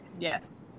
Yes